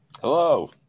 Hello